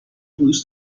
دوست